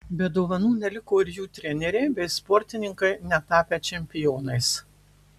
be dovanų neliko ir jų treneriai bei sportininkai netapę čempionais